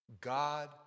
God